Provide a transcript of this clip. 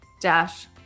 dash